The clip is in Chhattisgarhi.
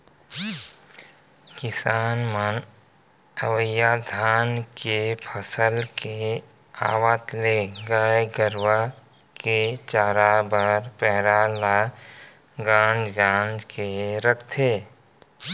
किसान मन अवइ या धान के फसल के आवत ले गाय गरूवा के चारा बस पैरा ल गांज गांज के रखथें